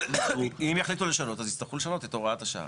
אם יחליטו לשנות, אז יצטרכו לשנות את הוראת השעה.